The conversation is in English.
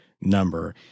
number